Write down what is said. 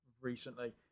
recently